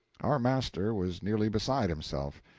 our master was nearly beside himself.